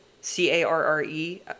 C-A-R-R-E